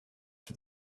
for